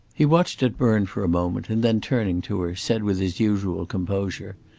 he watched it burn for a moment, and then turning to her, said, with his usual composure,